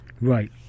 Right